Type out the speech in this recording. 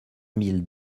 mille